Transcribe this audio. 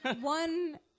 One